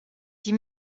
die